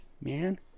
man